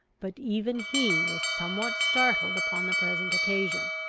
but even he was somewhat startled upon the present occasion.